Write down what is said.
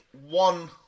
one